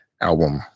album